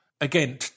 again